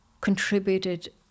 contributed